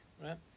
right